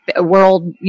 world